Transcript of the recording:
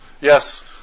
yes